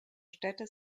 städte